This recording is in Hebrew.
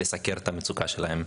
לסקר את המצוקות שלהם.